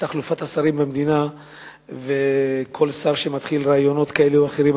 בשל תחלופת השרים במדינה כל שר שמתחיל עם רעיונות כאלה או אחרים,